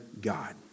God